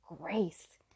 grace